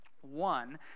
one